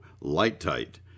light-tight